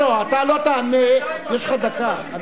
אתה לא תענה, יש לך דקה.